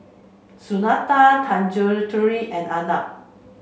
Sunita Tanguturi and Arnab